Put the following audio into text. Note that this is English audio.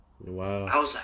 wow